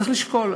צריך לשקול.